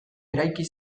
eraiki